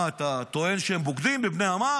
מה, אתה טוען שהם בוגדים בבני עמם?